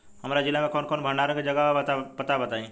हमरा जिला मे कवन कवन भंडारन के जगहबा पता बताईं?